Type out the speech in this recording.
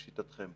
לשיטתכם?